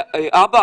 היא